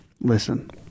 Listen